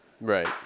right